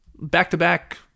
back-to-back